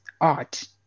art